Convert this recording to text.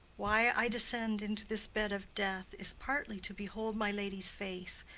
why i descend into this bed of death is partly to behold my lady's face,